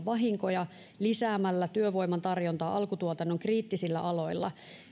vahinkoja lisäämällä työvoiman tarjontaa alkutuotannon kriittisillä aloilla